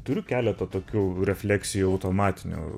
turiu keletą tokių refleksijų automatinių